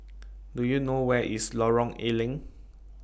Do YOU know Where IS Lorong A Leng